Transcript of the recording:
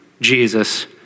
Jesus